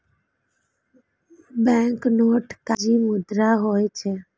banknote कागजी मुद्रा होइ छै